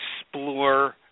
explore